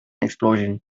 explosion